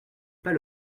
pas